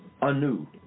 anew